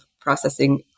processing